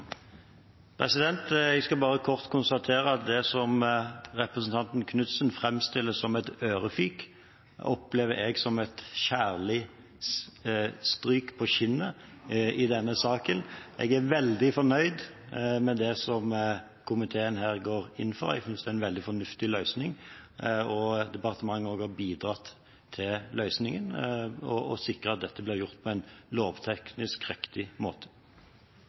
som representanten Knutsen framstiller som en ørefik, opplever jeg som et kjærlig stryk på kinnet i denne saken. Jeg er veldig fornøyd med det som komiteen her går inn for, og jeg synes det er en veldig fornuftig løsning. Departementet har også bidratt til løsningen og sikret at dette ble gjort på en lovteknisk riktig måte.